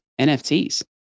nfts